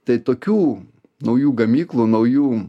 tai tokių naujų gamyklų naujų